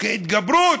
חוקי התגברות.